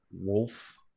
Wolf